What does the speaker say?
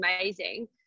amazing